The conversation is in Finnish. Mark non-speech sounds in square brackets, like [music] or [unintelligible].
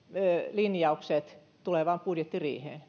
linjaukset tulevaan budjettiriiheen [unintelligible]